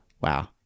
Wow